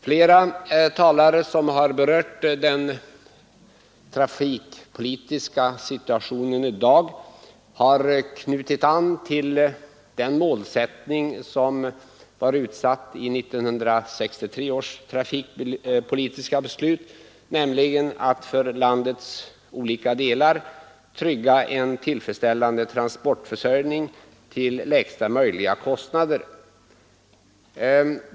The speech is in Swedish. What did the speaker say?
Flera talare som har berört den trafikpolitiska situationen i dag har knutit an till den målsättning som var utsatt i 1963 års trafikpolitiska beslut, nämligen att ”för landets olika delar trygga en tillfredsställande transportförsörjning till lägsta möjliga kostnader”.